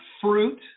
fruit